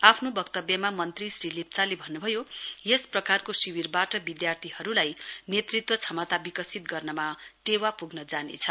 आ अफ्नो वक्तव्यमा मन्त्री श्री लेप्चाले भन्न्भयो यस प्रकारको शिविरबाट विधार्थीहरूलाई नेतृत्व क्षमताका विकसित गर्नमा टेवा प्ग्न जानेछ